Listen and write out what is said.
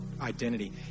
identity